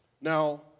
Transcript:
Now